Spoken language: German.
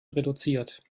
reduziert